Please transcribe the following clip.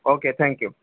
okay thank you